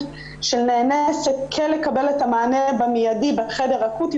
של נאנסת כן לקבל את המענה במיידי בחדר האקוטי,